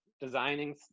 designing